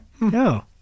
no